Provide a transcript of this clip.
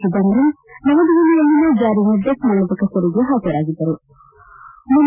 ಚಿದಂಬರಂ ನವದೆಹಲಿಯಲ್ಲಿನ ಜಾರಿ ನಿರ್ದೇಶನಾಲಯದ ಕಚೇರಿಗೆ ಹಾಜರಾಗಿದ್ದರು